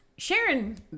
Sharon